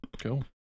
cool